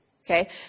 okay